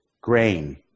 grain